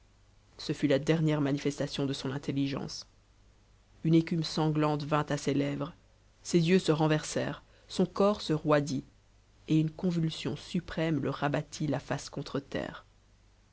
ce fut la dernière manifestation de son intelligence une écume sanglante vint à ses lèvres ses yeux se renversèrent son corps se roidit et une convulsion suprême le rabattit la face contre terre